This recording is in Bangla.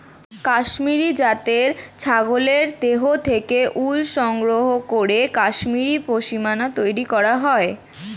কাশ্মীরি জাতের ছাগলের দেহ থেকে উল সংগ্রহ করে কাশ্মীরি পশ্মিনা তৈরি করা হয়